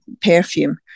perfume